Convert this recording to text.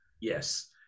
Yes